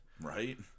Right